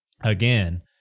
again